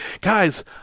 guys